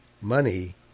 money